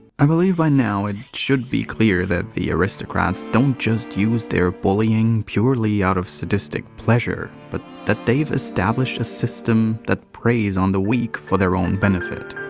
i believe by now, it should be clear that the aristocrats don't just use their bullying purely out of sadistic pleasure, but that they've established a system that preys on the weak for their own benefit.